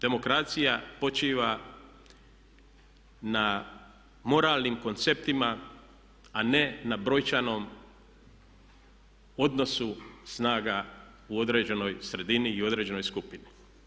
Demokracija počiva na moralnim konceptima a ne na brojčanom odnosu snaga u određenoj sredini i određenoj skupini.